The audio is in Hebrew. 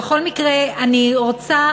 בכל מקרה, אני רוצה